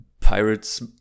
pirates